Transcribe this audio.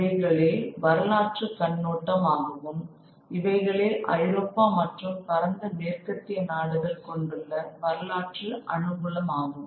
இவைகளே வரலாற்று கண்ணோட்டம் ஆகவும் இவைகளே ஐரோப்பா மற்றும் பரந்த மேற்கத்திய நாடுகள் கொண்டுள்ள வரலாற்று அனுகூலமாகும்